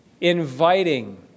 Inviting